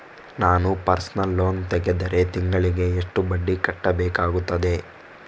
ನಾನು personal loan ತೆಗೆದರೆ ತಿಂಗಳಿಗೆ ಎಷ್ಟು ಬಡ್ಡಿ ಕಟ್ಟಬೇಕಾಗುತ್ತದೆ?